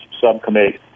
Subcommittee